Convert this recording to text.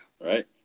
Right